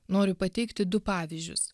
noriu pateikti du pavyzdžius